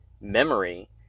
memory